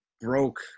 broke